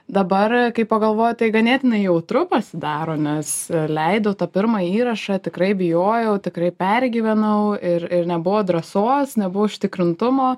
dabar kai pagalvoju tai ganėtinai jautru pasidaro nes leidau tą pirmą įrašą tikrai bijojau tikrai pergyvenau ir ir nebuvo drąsos nebuvo užtikrintumo